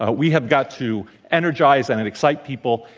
ah we have got to energize and and excite people.